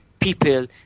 people